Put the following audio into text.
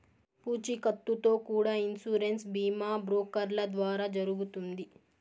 పూచీకత్తుతో కూడా ఇన్సూరెన్స్ బీమా బ్రోకర్ల ద్వారా జరుగుతుంది